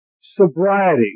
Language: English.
sobriety